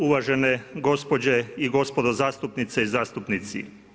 Uvažen gospođe i gospodo zastupnice i zastupnici.